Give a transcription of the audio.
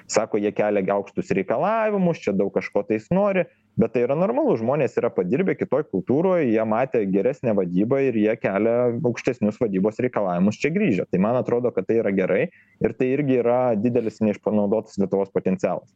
sako jie kelia aukštus reikalavimus čia daug kažko tais nori bet tai yra normalu žmonės yra padirbę kitoj kultūroj jie matę geresnę vadybą ir jie kelia aukštesnius vadybos reikalavimus čia grįžę tai man atrodo kad tai yra gerai ir tai irgi yra didelis neišpanaudotas lietuvos potencialas